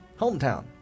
Hometown